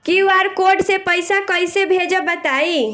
QR code से पईसा कईसे भेजब बताई?